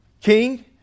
king